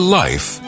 life